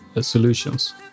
solutions